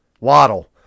Waddle